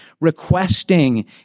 requesting